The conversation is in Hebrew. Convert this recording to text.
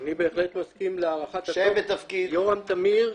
אני יורם טמיר,